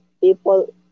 people